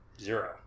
Zero